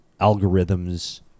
algorithms